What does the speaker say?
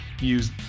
use